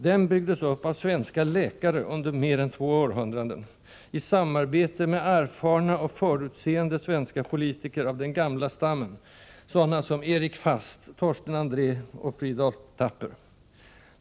Den byggdes upp av svenska läkare under mer än två århundraden, i samarbete med erfarna och förutseende svenska politiker av den gamla stammen, sådana som Erik Fast, Torsten André och Fridolf Thapper.